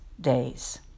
days